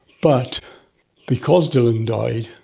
but because dylan died,